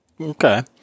Okay